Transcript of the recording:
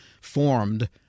formed